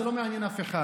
זה לא מעניין אף אחד,